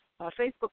Facebook